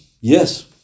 yes